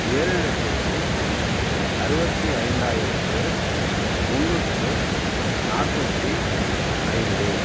ஏழு லட்சத்தி அறுபத்தி ஐந்தாயிரத்து முன்னூற்று நாற்பத்தி ஐந்து